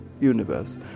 universe